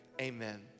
amen